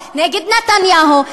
נגד נתניהו,